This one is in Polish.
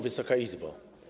Wysoka Izbo!